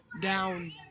down